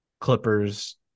Clippers